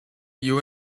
you